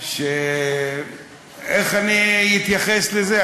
איך אני אתייחס לזה?